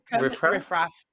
riffraff